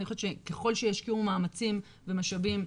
אני חושבת שככל שישקיעו מאמצים ומשאבים,